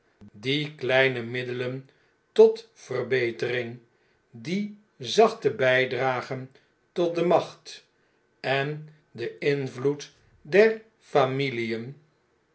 die kleine middelen tot verbetering die zachte bn'dragen tot de macht en den invloed der familien